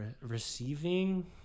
Receiving